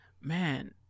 man